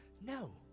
No